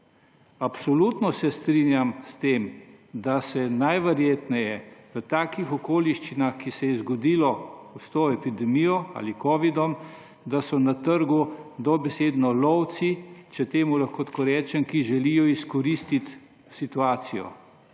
Absolutno se strinjam s tem, da se najverjetneje v takih okoliščinah, ki so se zgodile s to epidemijo ali covidom, da so na trgu dobesedno lovci, če temu lahko tako rečem, ki želijo izkoristiti situacijo.